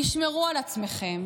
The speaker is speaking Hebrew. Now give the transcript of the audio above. תשמרו על עצמכם,